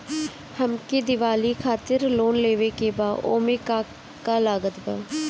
हमके दिवाली खातिर लोन लेवे के बा ओमे का का लागत बा?